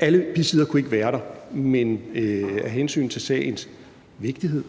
Alle bisiddere kunne ikke være der, men af hensyn til sagens vigtighed